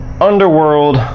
Underworld